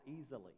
easily